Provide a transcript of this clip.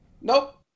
nope